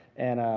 and